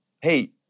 hey